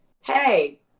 hey